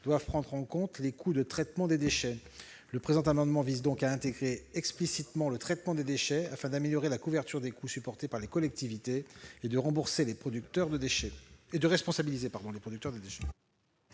qui serait contraire au principe pollueur-payeur. Le présent amendement vise donc à intégrer explicitement le traitement des déchets afin d'améliorer la couverture des coûts supportés par les collectivités et de responsabiliser les producteurs de déchets.